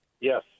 Yes